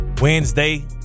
Wednesday